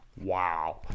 Wow